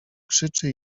krzyczy